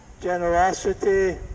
generosity